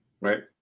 right